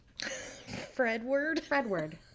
Fredward